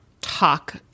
talk